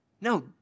No